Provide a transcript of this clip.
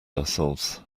ourselves